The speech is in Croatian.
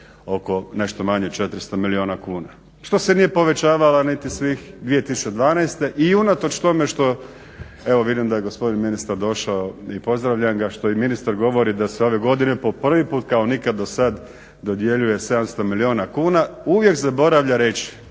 oko nešto manje od 400 milijuna kuna što se nije povećavala niti svih 2012. I unatoč tome što evo vidim da je gospodin ministar došao i pozdravljam ga, što i ministar govori da se ove godine po prvi put kao nikad dosad dodjeljuje 700 milijuna kuna, uvijek zaboravlja reći